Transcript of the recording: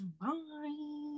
Bye